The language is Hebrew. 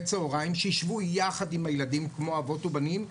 הצהריים שישבו יחד עם הילדים כמו אבות ובנים,